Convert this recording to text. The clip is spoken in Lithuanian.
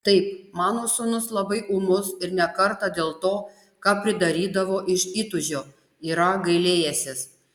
taip mano sūnus labai ūmus ir ne kartą dėl to ką pridarydavo iš įtūžio yra gailėjęsis